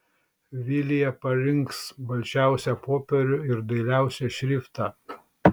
vilija parinks balčiausią popierių ir dailiausią šriftą